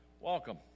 Welcome